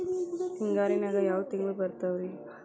ಹಿಂಗಾರಿನ್ಯಾಗ ಯಾವ ತಿಂಗ್ಳು ಬರ್ತಾವ ರಿ?